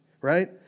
Right